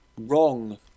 wrong